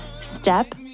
step